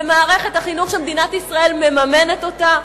ומערכת החינוך של מדינת ישראל מממנת אותה?